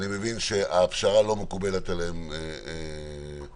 שהפשרה לא מקובלת עליהם בכלל.